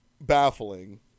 baffling